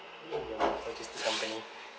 in their logistic company